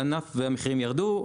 והמחירים ירדו.